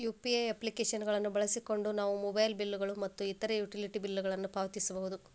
UPI application ಗಳನ್ನು ಬಳಸಿಕೊಂಡು ನಾವು ಮೊಬೈಲ್ ಬಿಲ್ ಗಳು ಮತ್ತು ಇತರ ಯುಟಿಲಿಟಿ ಬಿಲ್ ಗಳನ್ನು ಪಾವತಿಸಬಹುದು